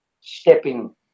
stepping